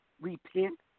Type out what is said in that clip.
repent